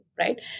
Right